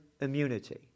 immunity